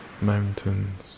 mountains